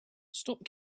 stop